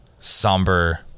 somber